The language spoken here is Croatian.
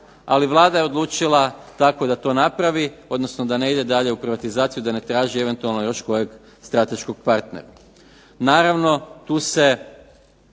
ali Vlada je odlučila tako da to napravi, odnosno da ne ide dalje u privatizaciju, da ne traži eventualno još kojeg strateškog partnera. Naravno, tu se